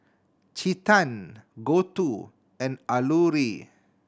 Chetan Gouthu and Alluri